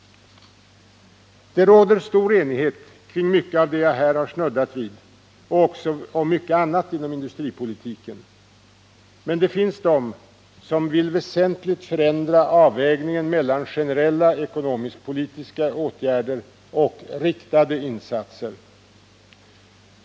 Det råder stor enighet kring mycket av det jag här snuddat vid och också om mycket annat inom industripolitiken. Men det finns de som vill väsentligt förändra avvägningen mellan generella ekonomisk-politiska åtgärder och riktade insatser.